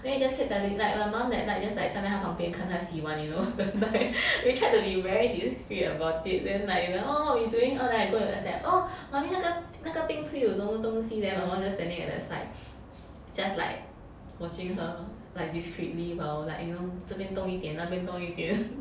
then we just keep telling like my mum that night just like 站在他旁边看他洗碗 you know for the night we tried to be very discreet about it then like you know oh what you doing oh then I go and 讲 mummy 那个那个冰厨有什么东西 then my mum just standing at the side just like watching her like discreetly while like you know 这边动一点那边动一点